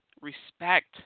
respect